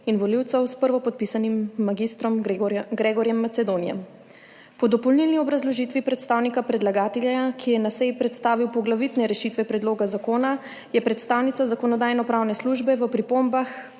in volivcev s prvopodpisanim mag. Gregorjem Macedonijem. Po dopolnilni obrazložitvi predstavnika predlagatelja, ki je na seji predstavil poglavitne rešitve predloga zakona, je predstavnica Zakonodajno-pravne službe v pripombah